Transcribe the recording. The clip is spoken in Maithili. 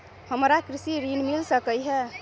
हमरा कृषि ऋण मिल सकै है?